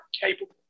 capable